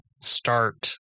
start